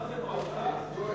מה זה פה, הפתעה?